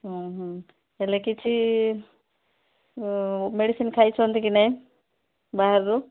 ହୁଁ ହୁଁ ହେଲେ କିଛି ମେଡିସିନ୍ ଖାଇଛନ୍ତି କି ନାହିଁ ବାହାରୁ